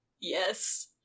yes